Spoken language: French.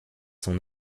son